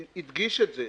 הדגיש את זה.